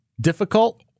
difficult